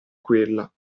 quella